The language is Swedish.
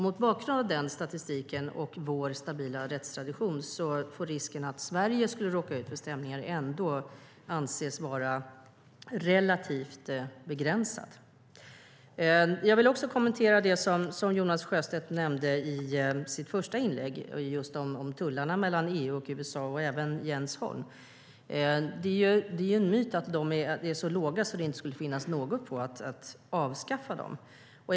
Mot bakgrund av den statistiken och vår stabila rättstradition får risken att Sverige skulle råka ut för stämningar anses vara relativt begränsad. Jag vill också kommentera det som Jonas Sjöstedt nämnde i sitt första inlägg om tullarna mellan EU och USA. Även Jens Holm nämnde dem. Det är en myt att de är så låga att det inte skulle finnas något att vinna på att avskaffa dem.